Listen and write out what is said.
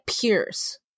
peers